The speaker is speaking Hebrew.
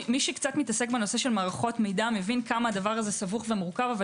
מי שמתעסק בנושא של מערכות מידע מבין כמה הדבר זה סבוך ומורכב אבל